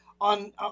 on